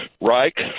Reich